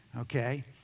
Okay